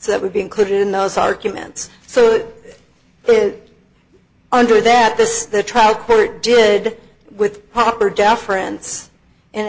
so it would be included in those arguments so it under that this the trial court did with proper deference and